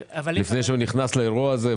לפני שהוא נכנס לאירוע הזה.